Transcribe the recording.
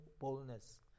boldness